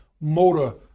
motor